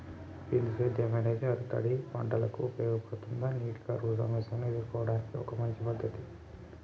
బిందు సేద్యం అనేది ఆరుతడి పంటలకు ఉపయోగపడుతుందా నీటి కరువు సమస్యను ఎదుర్కోవడానికి ఒక మంచి పద్ధతి?